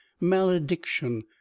malediction